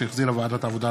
שהחזירה ועדת העבודה,